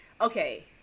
okay